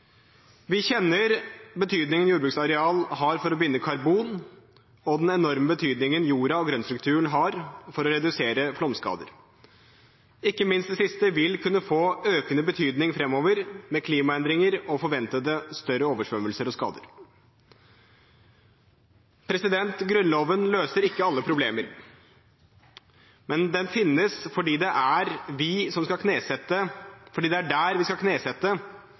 Vi kjenner betydningen jordbruksareal har for å binde karbon og den enorme betydningen jorda og grøntstrukturen har for å redusere flomskader. Ikke minst det siste vil kunne få økende betydning framover med klimaendringer og forventede større oversvømmelser og skader. Grunnloven løser ikke alle problemer, men den finnes fordi det er der vi skal knesette våre alle viktigste prinsipper, rettigheter og forpliktelser, som